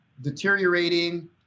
deteriorating